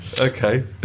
Okay